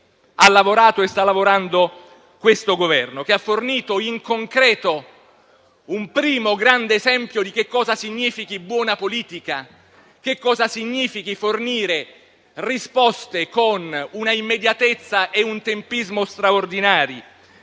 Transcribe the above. ha lavorato e sta lavorando il Governo, che ha fornito in concreto un primo grande esempio di che cosa significhi buona politica, di che cosa significhi fornire risposte con un'immediatezza e un tempismo straordinari